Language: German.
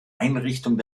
einrichtung